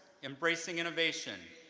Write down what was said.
embracing innovation,